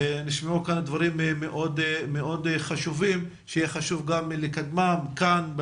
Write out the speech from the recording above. נשמעו כאן דברים מאוד חשובים שיהיה חשוב גם לקדמם כאן,